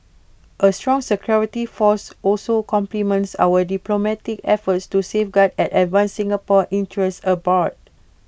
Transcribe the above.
A strong security force also complements our diplomatic efforts to safeguard and advance Singapore's interests abroad